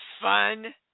fun